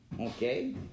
Okay